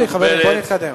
מספיק, חברים, בואו נתקדם.